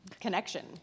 connection